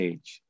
Age